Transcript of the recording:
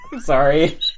sorry